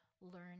learn